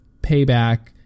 payback